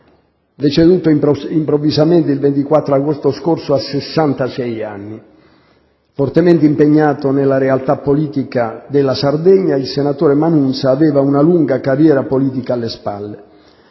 deceduto improvvisamente il 24 agosto scorso a sessantasei anni. Fortemente impegnato nella realtà politica della Sardegna, il senatore Manunza aveva una lunga carriera politica alle spalle.